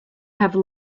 have